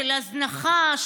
של הזנחה,